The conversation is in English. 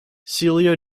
celia